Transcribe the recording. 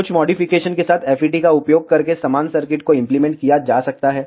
कुछ मॉडिफिकेशन के साथ FET का उपयोग करके समान सर्किट को इम्प्लीमेंट किया जा सकता है